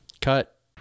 Cut